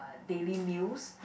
daily meals